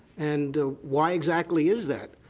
and why exactly is that?